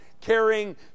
carrying